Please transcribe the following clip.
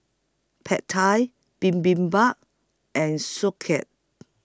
Pad Thai Bibimbap and